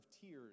tears